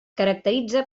caracteritza